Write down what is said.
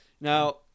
Now